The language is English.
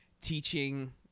teaching